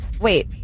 Wait